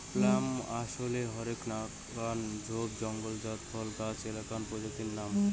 plum আশলে হরেক নাকান ঝোপ জঙলজাত ফল গছের এ্যাকনা প্রজাতির নাম